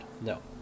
No